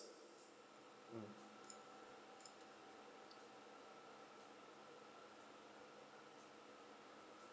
mm